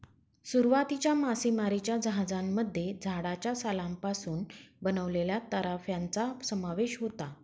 सुरुवातीच्या मासेमारीच्या जहाजांमध्ये झाडाच्या सालापासून बनवलेल्या तराफ्यांचा समावेश होता